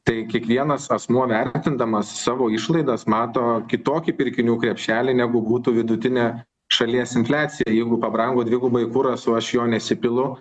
tai kiekvienas asmuo vertindamas savo išlaidas mato kitokį pirkinių krepšelį negu būtų vidutinė šalies infliacija jeigu pabrango dvigubai kuras o aš jo nesipilu